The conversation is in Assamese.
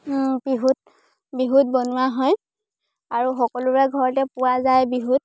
বিহুত বিহুত বনোৱা হয় আৰু সকলোৰে ঘৰতে পোৱা যায় বিহুত